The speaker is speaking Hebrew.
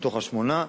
מתוך השמונה.